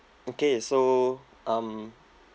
okay so um